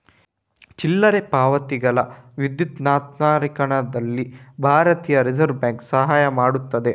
ಚಿಲ್ಲರೆ ಪಾವತಿಗಳ ವಿದ್ಯುನ್ಮಾನೀಕರಣದಲ್ಲಿ ಭಾರತೀಯ ರಿಸರ್ವ್ ಬ್ಯಾಂಕ್ ಸಹಾಯ ಮಾಡುತ್ತದೆ